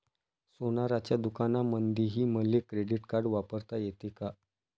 सोनाराच्या दुकानामंधीही मले क्रेडिट कार्ड वापरता येते का?